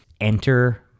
Enter